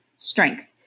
strength